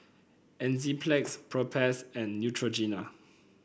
Enzyplex Propass and Neutrogena